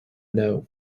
know